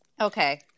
Okay